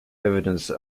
evidence